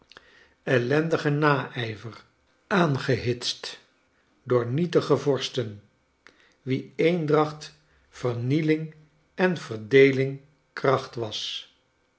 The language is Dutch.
verlammen eliendigenaijver aangehitst door nietige vorsten wie eendracht vernieling en verdeeling kracht was